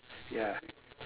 ya